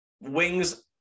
wings